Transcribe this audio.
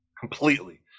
completely